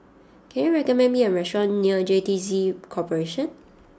can you recommend me a restaurant near J T C Corporation